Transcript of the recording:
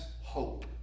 hope